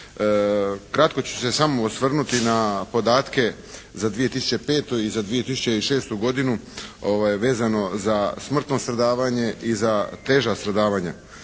Kratko ću se samo osvrnuti na podatke za 2005. i za 2006. godinu vezano za smrtno stradavanje i za teža stradavanja.